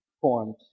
forms